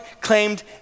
claimed